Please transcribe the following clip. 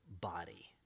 body